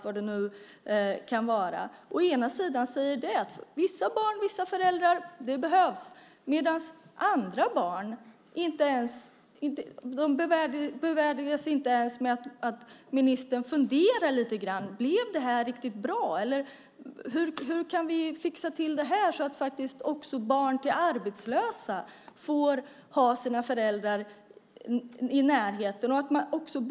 Vissa barn och vissa föräldrar behöver det, men andra barn bevärdigas inte ens med att ministern funderar lite grann över om det blev riktigt bra och hur vi kan fixa till detta så att också barn till arbetslösa får ha sina föräldrar i närheten.